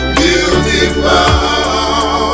beautiful